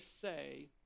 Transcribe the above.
say